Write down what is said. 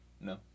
No